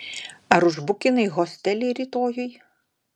ar užbukinai hostelį rytojui